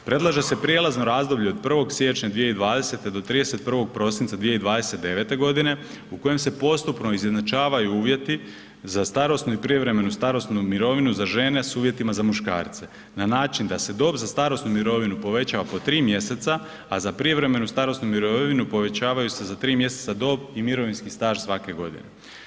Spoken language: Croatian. Predlaže se prijelazno razdoblje od 1. siječnja 2020. do 31. prosinca 2029.g. u kojem se postupno izjednačavaju uvjeti za starosnu i prijevremenu starosnu mirovinu za žene s uvjetima za muškarce na način da se dob za starosnu mirovinu poveća oko 3. mjeseca, a za prijevremenu starosnu mirovinu povećavaju se za 3. mjeseca dob i mirovinski staž svake godine.